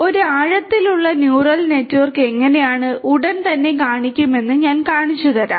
ഒരു ആഴത്തിലുള്ള neural network എങ്ങനെയാണ് ഉടൻ തന്നെ കാണിക്കുമെന്ന് ഞാൻ കാണിച്ചുതരാം